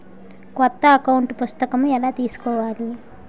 కొత్త అకౌంట్ పుస్తకము ఎలా తీసుకోవాలి?